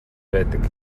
байдаг